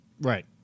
Right